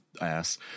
ass